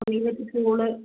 private pool